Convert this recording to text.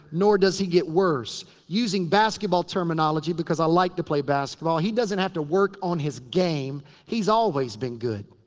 nor does he get worse. using basketball terminology. because i like to play basketball. he doesn't have to work on his game he's always been good.